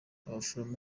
abaforomo